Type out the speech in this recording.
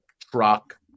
truck